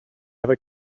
ever